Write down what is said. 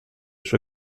sue